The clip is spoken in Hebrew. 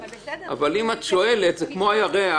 אבל אם את שואלת זה כמו הירח.